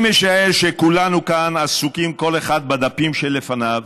אני משער שכולנו כאן עסוקים כל אחד בדפים שלפניו